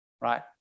right